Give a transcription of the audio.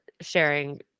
sharing